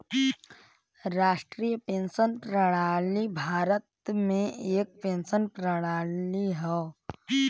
राष्ट्रीय पेंशन प्रणाली भारत में एक पेंशन प्रणाली हौ